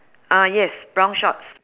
uh yes brown shorts